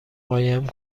قایم